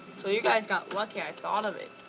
so you guys got lucky i thought of it.